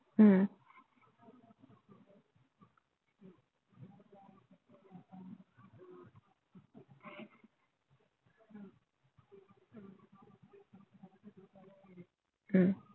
mm mm